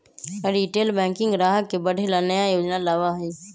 retail banking ग्राहक के बढ़े ला नया योजना लावा हई